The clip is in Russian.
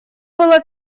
было